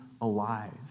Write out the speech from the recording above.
alive